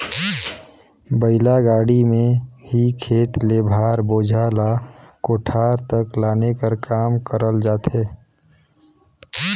बइला गाड़ी मे ही खेत ले भार, बोझा ल कोठार तक लाने कर काम करल जाथे